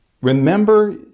remember